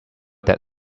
that